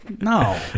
No